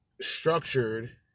structured